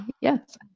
Yes